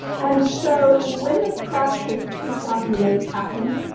and so when the crash of two thousand and eight happened,